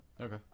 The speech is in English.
Okay